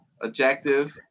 objective